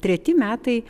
treti metai